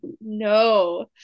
No